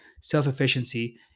self-efficiency